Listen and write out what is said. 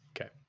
Okay